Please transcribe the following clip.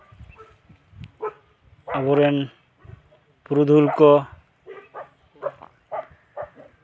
ᱟᱵᱚ ᱨᱮᱱ ᱯᱩᱨᱩᱫᱷᱩᱞ ᱠᱚ